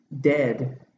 dead